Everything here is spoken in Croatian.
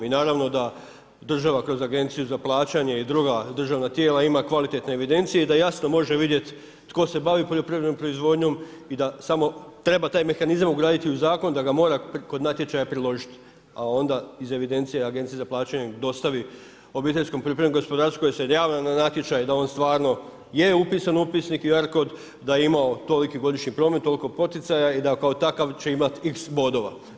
I naravno da država kroz Agenciju za plaćanje i druga državna tijela ima kvalitetne evidencije i da jasno može vidjeti tko se bavi poljoprivrednom proizvodnjom i da samo treba taj mehanizam ugraditi u zakon, da ga mora kod natječaja priložiti, a onda iz evidencije, Agenciji za plaćanje dostavi obiteljskom poljoprivrednom gospodarstvu koje se javilo na natječaj da on stvarno je upisan u upisnik ARKOD, da je imao toliki godišnji promet, toliko poticaja i da kao takav će imati x bodova.